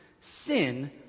sin